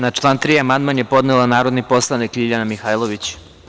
Na član 3. amandman je podnela narodni poslanik Ljiljana Mihajlović.